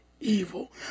evil